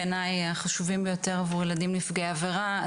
החשובים ביותר עבור ילדים נפגעי עבירה,